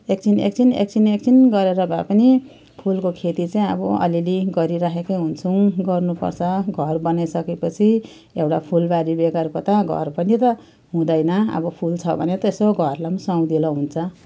एकछिन एकछिन एकछिन एकछिन गरेर भए पनि फुलको खेती चाहिँ अब अलि अलि गरिराखेको हुन्छौँ गर्नु पर्छ घर बनाइसके पछि एउटा फुलबारी बेगरको त घर पनि त हुँदैन अब फुल छ भने त यसो घरलाई पनि सुहाउँदिलो हुन्छ